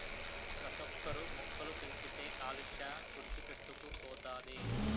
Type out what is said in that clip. ప్రతోక్కరు మొక్కలు పెంచితే కాలుష్య తుడిచిపెట్టుకు పోతది